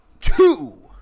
two